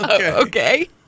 Okay